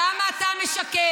למה אתה משקר?